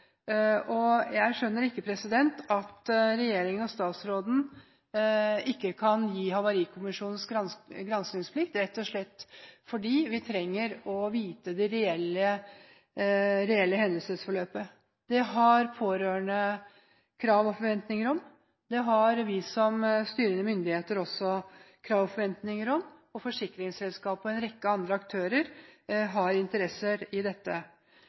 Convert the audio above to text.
Jeg skjønner ikke at regjeringen og statsråden ikke kan gi Havarikommisjonen granskingsplikt, rett og slett fordi vi trenger å vite det reelle hendelsesforløpet. Det har pårørende krav på og forventninger om, det har vi som styrende myndigheter også krav på og forventninger om, og forsikringsselskapene og en rekke andre aktører har interesser i dette.